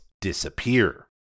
disappear